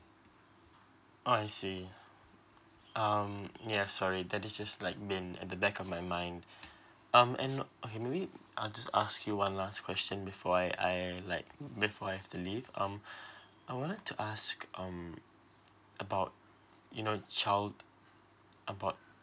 oh I see um yes sorry that is just like been at the back of my mind um and okay maybe I'll just ask you one last question before I I like before I have to leave um I would like to ask um about you know child about